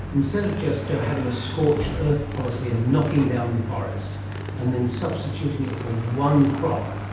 instead of just having a scorched earth policy and knocking down the forest and then substituting it for one crop,